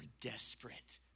desperate